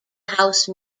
house